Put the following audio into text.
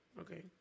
okay